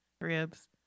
Ribs